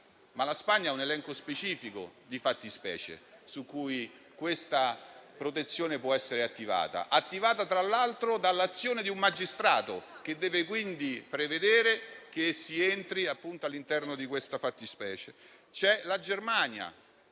che però ha un elenco specifico di fattispecie su cui questa protezione può essere attivata, tra l'altro dall'azione di un magistrato, che deve prevedere che si entri all'interno di tale fattispecie; c'è poi la Germania,